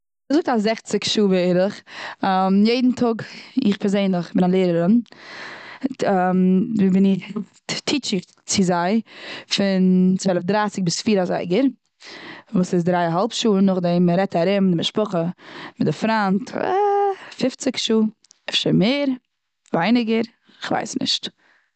געזאגט א זעכציג שעה בערך. יעדן טאג, איך פערזענדליך בין א לערערין. בין איך, טיטש איך צו זיי, פון צוועלף דרייסיג ביז פיר אזייגער. וואס איז דריי א האלב שעה, נאך דעם מ'רעדט ארום מיט די משפחה מיט די פריינט פופציג שעה. אפשר מער, ווייניגער, כ'ווייס נישט.